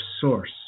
source